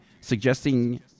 suggesting